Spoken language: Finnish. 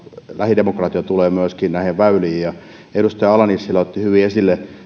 lähidemokratia tulevat myöskin väyliin edustaja ala nissilä otti hyvin esille